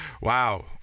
Wow